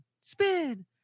spin